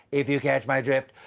if you catch my drift.